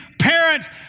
parents